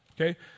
Okay